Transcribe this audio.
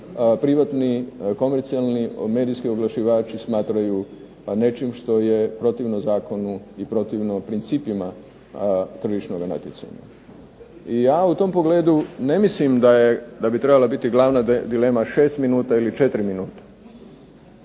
privatni, komercijalni, medijski oglašivači smatraju nečim što je protivno zakonu i protivno principima tržišnoga natjecanja. Ja u tom pogledu ne mislim da bi trebala biti glavna dilema šest minuta ili četiri minute,